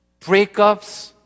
Breakups